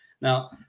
now